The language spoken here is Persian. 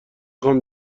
خوام